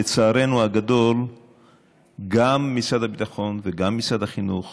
לצערנו הגדול גם משרד הביטחון וגם משרד החינוך